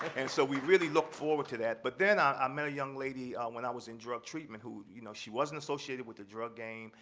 and so we really look forward to that. but then i um met a young lady when i was in drug treatment who, you know, she wasn't associated with the drug game.